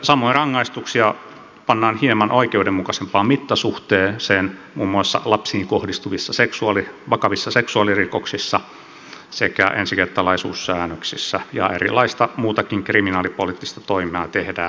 samoin rangaistuksia pannaan hieman oikeudenmukaisempaan mittasuhteeseen muun muassa lapsiin kohdistuvissa vakavissa seksuaalirikoksissa sekä ensikertalaisuussäännöksissä ja erilaisia muutakin kriminalipoliittisia toimia tehdään